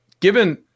Given